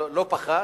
פחת,